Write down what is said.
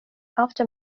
after